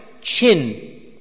chin